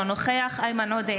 אינו נוכח איימן עודה,